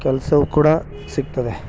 ಕೆಲಸವು ಕೂಡ ಸಿಗ್ತದೆ